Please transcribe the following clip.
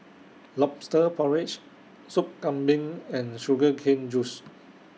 Lobster Porridge Soup Kambing and Sugar Cane Juice